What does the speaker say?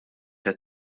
qed